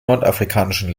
nordafrikanischen